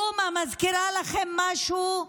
דומא מזכירה לכם משהו?